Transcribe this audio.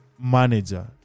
manager